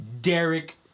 Derek